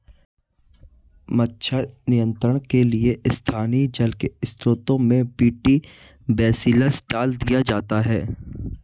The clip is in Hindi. मच्छर नियंत्रण के लिए स्थानीय जल के स्त्रोतों में बी.टी बेसिलस डाल दिया जाता है